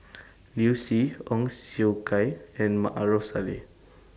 Liu Si Ong Siong Kai and Maarof Salleh